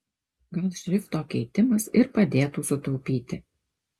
gal šrifto keitimas ir padėtų sutaupyti